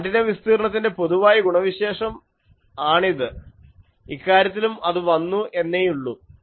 antenna വിസ്തീർണത്തിൻ്റെ പൊതുവായ ഗുണവിശേഷം ആണിത് ഇക്കാര്യത്തിലും അത് വന്നു എന്നേയുള്ളൂ